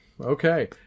okay